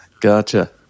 Gotcha